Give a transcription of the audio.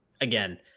again